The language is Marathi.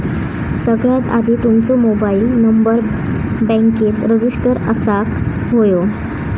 सगळ्यात आधी तुमचो मोबाईल नंबर बॅन्केत रजिस्टर असाक व्हयो